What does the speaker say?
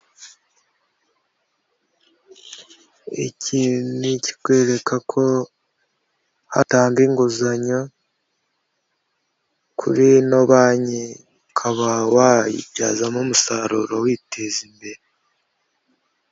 Iki ni ikikwereka ko hatangwa inguzanyo kuri ino banki ukaba wayibyazamo umusaruro witeza imbere.